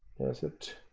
that's it.